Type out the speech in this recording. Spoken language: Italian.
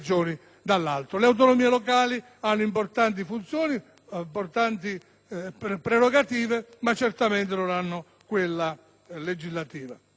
Le autonomie locali hanno importanti funzioni e prerogative, ma certamente non hanno la funzione legislativa.